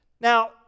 Now